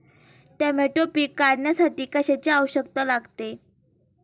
Tomato पीक काढण्यासाठी कशाची आवश्यकता लागते?